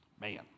Man